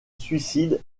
suicide